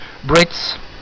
Brits